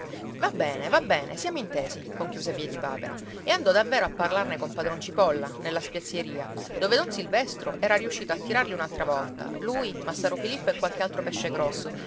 va bene va bene siamo intesi conchiuse piedipapera e andò davvero a parlarne con padron cipolla nella spezieria dove don silvestro era riuscito a tirarli un'altra volta lui massaro filippo e qualche altro pesce grosso